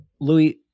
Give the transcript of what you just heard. Louis